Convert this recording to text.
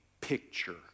picture